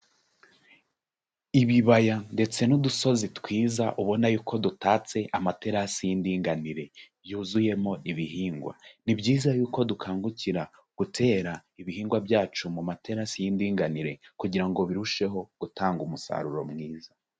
Ibibaya ndetse n'udusozi twiza ubona y'uko dutatse amaterasi y'indinganire yuzuyemo ibihingwa, ni byiza y'uko dukangukira gutera ibihingwa byacu mu materasi y'indinganire kugira ngo birusheho gutanga umusaruro mwiza.